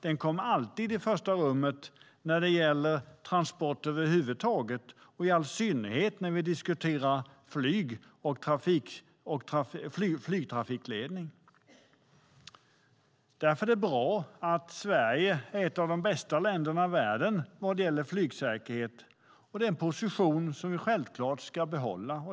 Den kommer alltid i första rummet när det gäller transporter över huvud taget och i all synnerhet när vi diskuterar flyg och flygtrafikledning. Därför är det bra att Sverige är ett av de bästa länderna i världen vad gäller flygsäkerhet, och det är en position som vi självklart ska behålla.